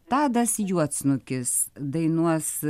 tadas juodsnukis dainuos